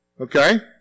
Okay